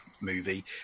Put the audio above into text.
movie